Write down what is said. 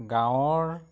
গাঁৱৰ